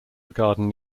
regarding